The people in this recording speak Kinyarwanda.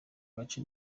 gace